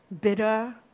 bitter